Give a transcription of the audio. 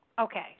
Okay